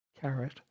carrot